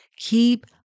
keep